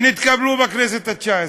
שנתקבלו בכנסת התשע-עשרה,